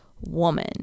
woman